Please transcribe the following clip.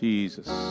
Jesus